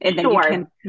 Sure